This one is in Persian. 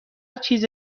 چیز